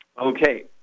Okay